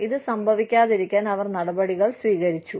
ഇത് സംഭവിക്കാതിരിക്കാൻ അവർ നടപടികൾ സ്വീകരിച്ചു